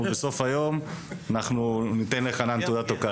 בסוף היום ניתן אותה לחנן.